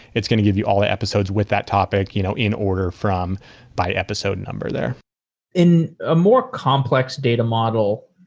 it's going to give you all ah episodes with that topic you know in order, by episode number there in a more complex data model,